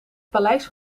paleis